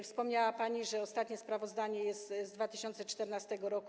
Wspomniała pani, że ostatnie sprawozdanie jest z 2014 r.